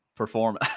Perform